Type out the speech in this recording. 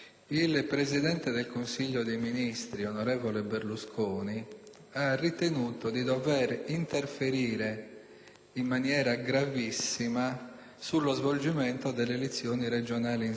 in maniera gravissima sullo svolgimento delle elezioni regionali in Sardegna. Lo ha fatto assumendosi la gravissima responsabilità